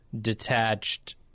detached